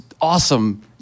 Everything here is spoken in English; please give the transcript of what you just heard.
awesome